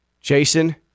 Jason